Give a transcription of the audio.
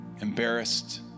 embarrassed